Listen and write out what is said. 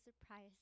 surprise